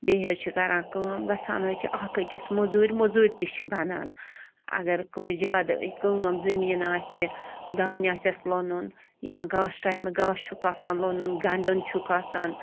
بیٚیہِ حظ چھِ کران کٲم گژھان حظ چھِ اَکھ أکِس مٔزوٗرۍ مٔزوٗرۍ تہِ چھِ بَنان اگر کانٛسہِ زیادٕ کٲم زٔمیٖن آسہِ دانہِ آسٮ۪س لوٚنُن یا گاسہٕ ٹایمہٕ گاسہٕ چھُکھ آسان لوٚنُن گَنٛڈُن چھُکھ آسان